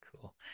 Cool